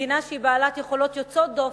מדינה שהיא בעלת יכולות יוצאות דופן,